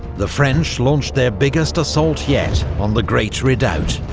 the french launched their biggest assault yet on the great redoubt.